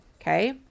okay